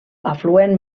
afluent